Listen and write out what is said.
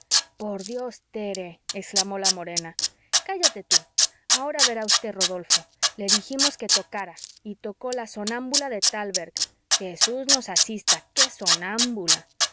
por dios tere exclamó la morena cállate tú ahora verá usted rodolfo le dijimos que tocara y tocó la sonámbula de talberg jesús nos asista qué